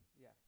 Yes